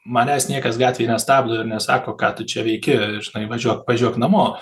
manęs niekas gatvėj nestabdo ir nesako ką tu čia veiki žinai važiuok važiuok namo